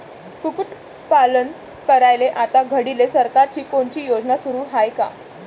कुक्कुटपालन करायले आता घडीले सरकारची कोनची योजना सुरू हाये का?